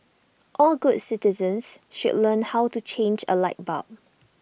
all good citizens should learn how to change A light bulb